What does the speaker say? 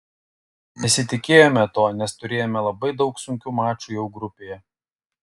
nesitikėjome to nes turėjome labai daug sunkių mačų jau grupėje